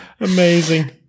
amazing